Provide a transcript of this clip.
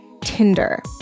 Tinder